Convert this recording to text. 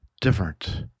different